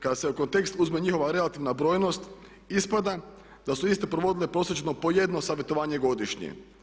Kada se u kontekst uzme njihova relativna brojnost ispada da su iste provodile posebno po jedno savjetovanje godišnje.